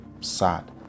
sad